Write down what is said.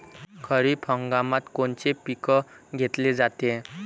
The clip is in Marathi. खरिप हंगामात कोनचे पिकं घेतले जाते?